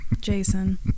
Jason